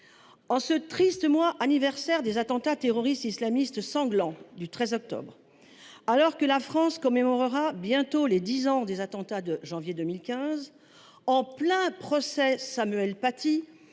En ce triste mois anniversaire des attentats terroristes islamistes sanglants du 13 novembre, alors que la France commémorera bientôt les dix ans des attentats de janvier 2015 et en plein procès Samuel Paty,